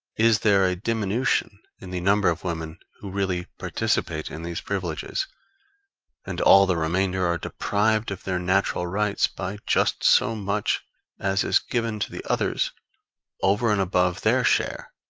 is there a diminution in the number of women who really participate in these privileges and all the remainder are deprived of their natural rights by just so much as is given to the others over and above their share.